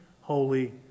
holy